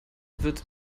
wird